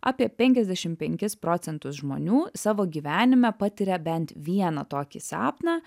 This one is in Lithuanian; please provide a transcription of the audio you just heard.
apie penkiasdešim penkis procentus žmonių savo gyvenime patiria bent vieną tokį sapną